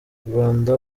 rubanda